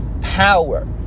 power